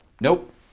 nope